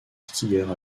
skieur